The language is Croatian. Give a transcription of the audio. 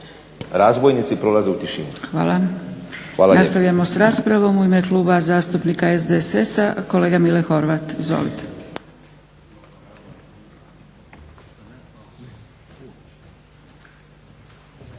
**Zgrebec, Dragica (SDP)** Hvala. Nastavljamo sa raspravom. U ime Kluba zastupnika SDSS-a kolega Mile Horvat. Izvolite.